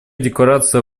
декларация